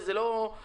וזה לא קורה.